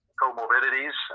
comorbidities